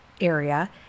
area